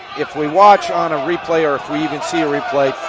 if we watch on a replay, or if we even see a replay,